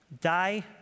die